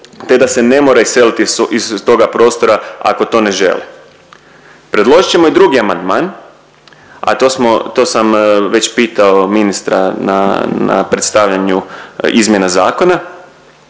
te da se ne mora iseliti iz toga prostora ako to ne želi. Predložit ćemo i drugi amandman, a to sam već pitao ministra na predstavljanju izmjena zakona